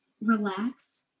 relax